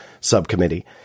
Subcommittee